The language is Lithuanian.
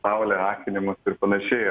saulė akinimas ir panašiai